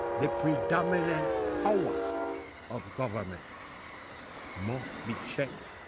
the predominant power of government must be checked